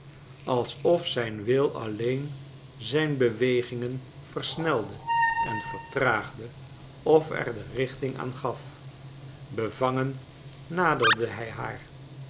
alsof zijn wil alleen zijn bewegingen versnelde en vertraagde of er de richting aan gaf bevangen naderde hij haar